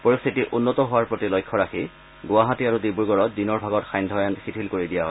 পৰিস্থিতি উন্নত হোৱাৰ প্ৰতি লক্ষ্য ৰাখি গুৱাহাটী আৰু ডিব্ৰুগড়ত দিনৰ ভাগত সান্ধ্য আইন শিথিল কৰি দিয়া হয়